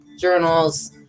journals